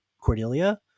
Cordelia